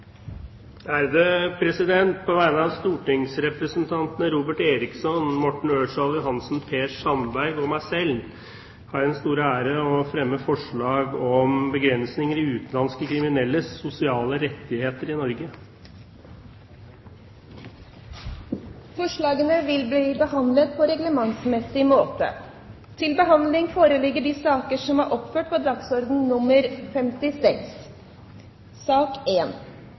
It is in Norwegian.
På vegne av stortingsrepresentantene Robert Eriksson, Morten Ørsal Johansen, Per Sandberg og meg selv er det en stor ære å fremme forslag om begrensninger i utenlandske kriminelles sosiale rettigheter i Norge. Forslagene vil bli behandlet på reglementsmessig måte. Som presidenten sa, har vi til behandling Representantforslag 14 S fra Trine Skei Grande og Borghild Tenden, fremmet på